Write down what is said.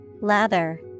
Lather